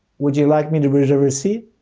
would you like me to reserve a seat?